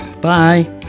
Bye